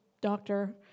doctor